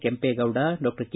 Kempegowda doctor K